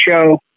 show